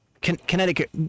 Connecticut